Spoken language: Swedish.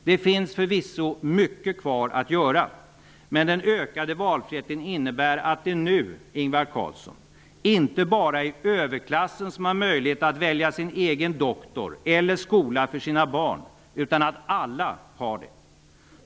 Det finns förvisso mycket kvar att göra, men den ökade valfriheten innebär att det nu, Ingvar Carlsson, inte bara är överklassen som har möjlighet att välja sin egen doktor eller skola för sina barn, utan att alla har det.